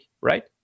right